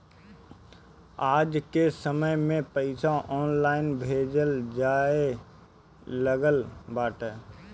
आजके समय में पईसा ऑनलाइन भेजल जाए लागल बाटे